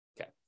Okay